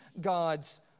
God's